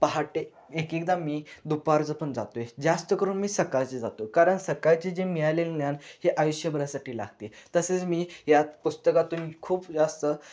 पहाटे एक एकदा मी दुपारचं पण जातो आहे जास्त करून मी सकाळचे जातो कारण सकाळचे जे मिळालेलं ज्ञान हे आयुष्यभरासाठी लागते तसेच मी यात पुस्तकातून खूप जास्त